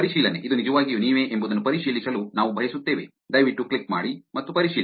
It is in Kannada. ಪರಿಶೀಲನೆ ಇದು ನಿಜವಾಗಿಯೂ ನೀವೇ ಎಂಬುದನ್ನು ಪರಿಶೀಲಿಸಲು ನಾವು ಬಯಸುತ್ತೇವೆ ದಯವಿಟ್ಟು ಕ್ಲಿಕ್ ಮಾಡಿ ಮತ್ತು ಪರಿಶೀಲಿಸಿ